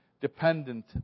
dependent